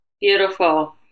Beautiful